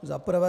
Za prvé.